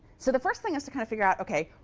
so the first thing is to kind of figure out ok,